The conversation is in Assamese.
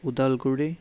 ওদালগুৰি